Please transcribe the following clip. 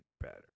better